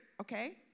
Okay